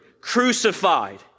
crucified